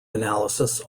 analysis